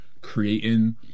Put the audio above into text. Creating